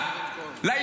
-- למה אתה מרים קול?